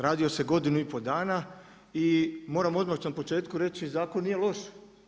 Radio se godinu i pol dana i moram odmah na početku reći zakon nije loš.